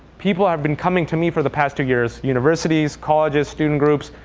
people have been coming to me for the past two years universities, colleges, student groups,